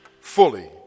fully